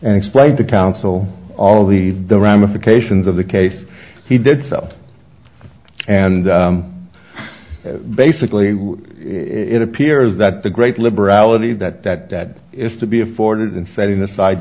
and explain to counsel all the the ramifications of the case he did so and basically it appears that the great liberality that that that is to be afforded and setting aside